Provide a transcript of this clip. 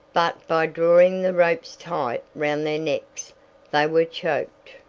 but by drawing the ropes tight round their necks they were choked,